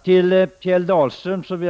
Till alla partiers företrädare, men till särskilt till Kjell Dahlström, vill